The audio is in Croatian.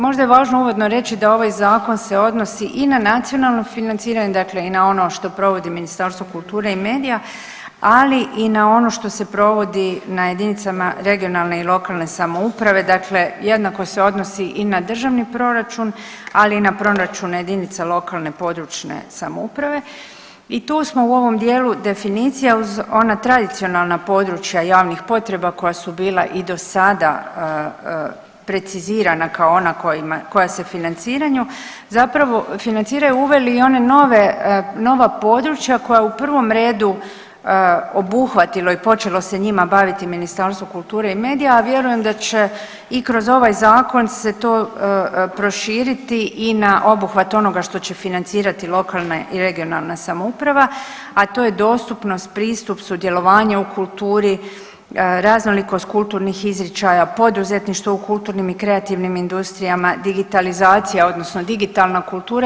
Možda je važno uvodno reći da ovaj zakon se odnosi i na nacionalno financiranje dakle i na ono što provodi Ministarstvo kulture i medija, ali i na ono što se provodi na jedinicama regionalne i lokalne samouprave, dakle jednako se odnosi i na državni proračun, ali i na proračun jedinica lokalne, područne samouprave i tu smo u ovom definicija uz ona tradicionalna područja javnih potreba koja su bila i dosada precizirana kao ona koja se financiranju zapravo financiraju uveli i one nove, nova područja koja u prvom redu obuhvatilo i počelo se njima baviti Ministarstvo kulture i medija, a vjerujem da će i kroz ovaj zakon se to proširiti i na obuhvat onoga što će financirati lokalna i regionalna samouprava, a to je dostupnost, pristup, sudjelovanje u kulturi, raznolikost kulturnih izričaja, poduzetništvo u kulturnim i kreativnim industrijama, digitalizacija odnosno digitalna kultura.